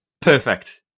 Perfect